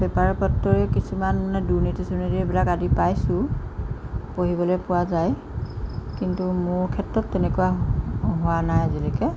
paper পত্ৰই কিছুমান মানে দুৰ্নীতি চুৰ্নীতি এইবিলাক আদি পাইছোঁ পঢ়িবলৈ পোৱা যায় কিন্তু মোৰ ক্ষেত্ৰত তেনেকুৱা হোৱা নাই আজিলৈকে